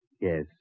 Yes